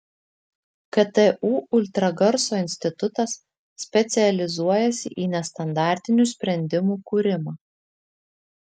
ktu ultragarso institutas specializuojasi į nestandartinių sprendimų kūrimą